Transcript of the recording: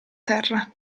terra